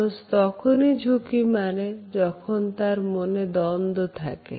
মানুষ তখনই ঝুঁকি মারে যখন তার মনে দ্বন্দ্ব থাকে